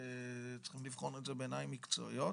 צריכים לבחון את זה בעיניים מקצועיות